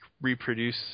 reproduce